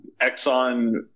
Exxon